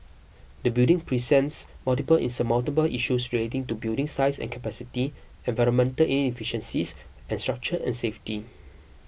the building presents multiple insurmountable issues relating to building size and capacity environmental inefficiencies and structure and safety